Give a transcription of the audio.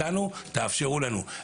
תאפשרו לנו.